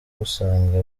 usanga